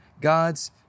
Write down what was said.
God's